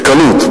בקלות,